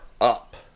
up